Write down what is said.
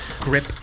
grip